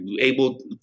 able